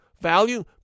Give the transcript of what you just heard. value